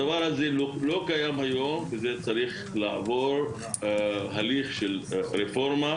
הדבר הזה לא קיים היום וזה צריך לעבור הליך של רפורמה,